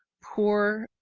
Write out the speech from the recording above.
poor,